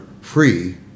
free